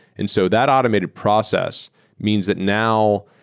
and so that automated process means that, now,